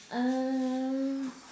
um